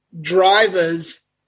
drivers